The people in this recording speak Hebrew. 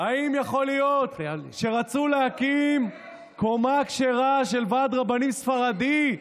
האם יכול להיות שרצו להקים קומה כשרה של ועד רבנים ספרדי,